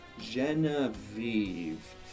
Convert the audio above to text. Genevieve